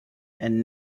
and